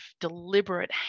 deliberate